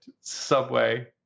subway